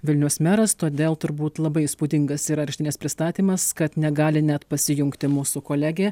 vilniaus meras todėl turbūt labai įspūdingas ir areštinės pristatymas kad negali net pasijungti mūsų kolegė